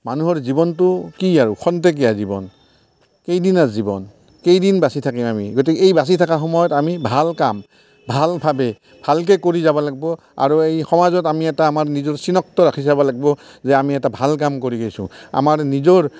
মানুহৰ জীৱনটো কি আৰু খন্তেকীয়া জীৱন কেইদিনীয়া জীৱন কেইদিন বাচি থাকিম আমি গতিকে এই বাচি থকা সময়ত আমি ভাল কাম ভালভাৱে ভালকৈ কৰি যাব লাগিব আৰু এই সমাজত আমি এটা নিজৰ চিনাক্ত ৰাখি যাব লাগিব যে আমি এটা ভাল কাম কৰি গৈছোঁ আমাৰ নিজৰ